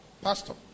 Pastor